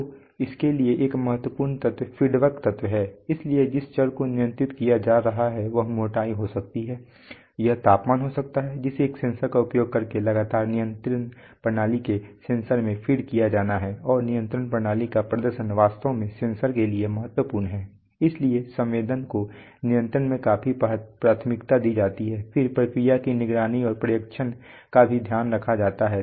तो उसके लिए एक महत्वपूर्ण तत्व फीडबैक तत्व है इसलिए जिस चर को नियंत्रित किया जा रहा है वह मोटाई हो सकती है यह तापमान हो सकता है जिसे एक सेंसर का उपयोग करके लगातार नियंत्रण प्रणाली के सेंसर में फीड किया जाना है और नियंत्रण प्रणाली का प्रदर्शन वास्तव में सेंसर के लिए महत्वपूर्ण है इसलिए संवेदन को नियंत्रण में काफी प्राथमिकता दी जाती है फिर प्रक्रिया की निगरानी और पर्यवेक्षण का भी ध्यान रखा जाता है